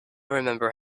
remember